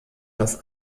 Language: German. das